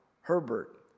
Herbert